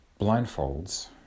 blindfolds